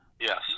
yes